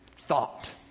thought